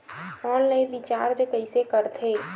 Online recharge कइसे करथे?